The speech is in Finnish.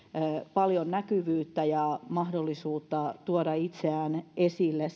paljon näkyvyyttä ja mahdollisuutta tuoda itseään esille